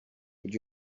would